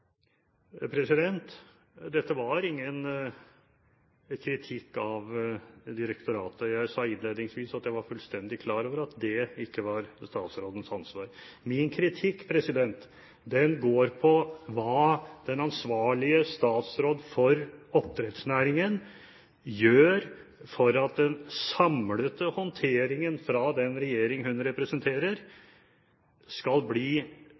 Dette var ingen kritikk av direktoratet. Jeg sa innledningsvis at jeg var fullstendig klar over at det ikke var statsrådens ansvar. Min kritikk går på hva den ansvarlige statsråd for oppdrettsnæringen gjør for at den samlede håndteringen fra den regjering hun representerer, skal bli